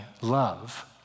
love